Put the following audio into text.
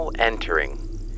Entering